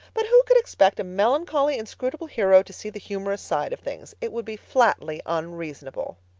but who could expect a melancholy, inscrutable hero to see the humorous side of things? it would be flatly unreasonable.